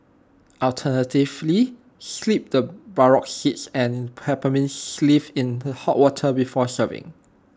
alternatively steep the burdock seeds and peppermint leaves in hot water before serving